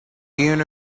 even